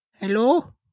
Hello